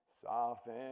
Soften